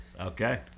Okay